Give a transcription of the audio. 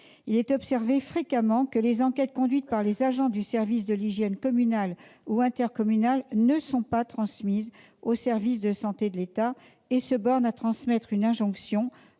On observe fréquemment que les enquêtes conduites par les agents des services communaux ou intercommunaux de l'hygiène ne sont pas transmises aux services de santé de l'État et se bornent à transmettre une injonction,